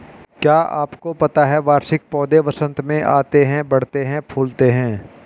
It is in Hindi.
क्या आपको पता है वार्षिक पौधे वसंत में आते हैं, बढ़ते हैं, फूलते हैं?